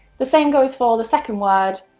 the same goes for the second word,